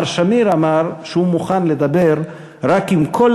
מר שמיר אמר שהוא מוכן לדבר רק אם כל